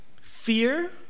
Fear